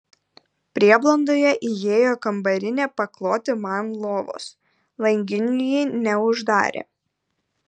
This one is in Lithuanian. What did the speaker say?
prieblandoje įėjo kambarinė pakloti man lovos langinių jį neuždarė